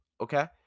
okay